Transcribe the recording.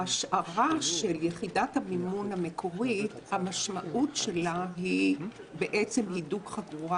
ההשארה של יחידת המימון המקורית משמעותה היא בעצם הידוק חגורה